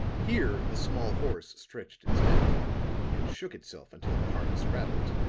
here the small horse stretched its neck and shook itself until the harness rattled.